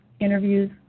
interviews